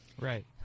Right